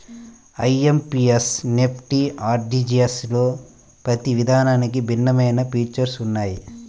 IMPS, NEFT, ఆర్టీజీయస్లలో ప్రతి విధానానికి భిన్నమైన ఫీచర్స్ ఉన్నయ్యి